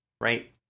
right